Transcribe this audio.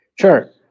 Sure